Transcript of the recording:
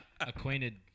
acquainted